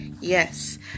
Yes